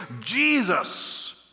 jesus